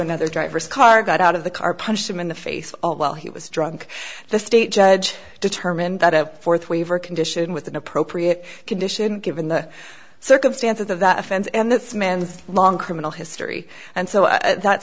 another driver's car got out of the car punched him in the face while he was drunk the state judge determined that a fourth waiver condition with an appropriate condition given the circumstances of that offense and this man's long criminal history and so that